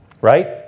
Right